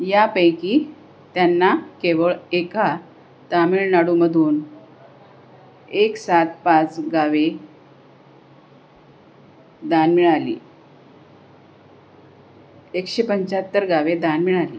यापैकी त्यांना केवळ एका तामिळनाडूमधून एक सात पाच गावे दान मिळाली एकशे पंचाहत्तर गावे दान मिळाली